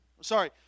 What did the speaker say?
sorry